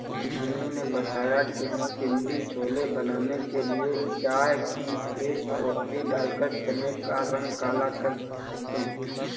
mummy ने बताया कि हम पिण्डी छोले बनाने के लिए चाय की एक पोटली डालकर चने का रंग काला कर सकते हैं